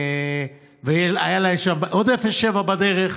והיה להם עוד 0.7% בדרך,